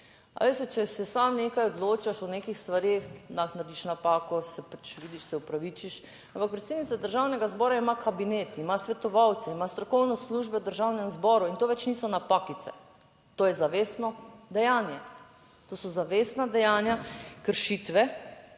Ali veste, če se sam nekaj odločaš o nekih stvareh, lahko narediš napako, se pač vidiš, se opravičiš? Ampak predsednica Državnega zbora ima kabinet, ima svetovalce, ima strokovne službe v Državnem zboru in to več niso napakice. To je zavestno dejanje, to so zavestna dejanja, kršitve